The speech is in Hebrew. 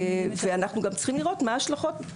אנחנו צריכים לראות מה ההשלכות.